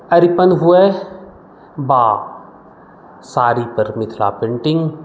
अरिपन हुए वा साड़ीपर मिथिला पेन्टिंग